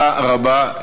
תודה רבה.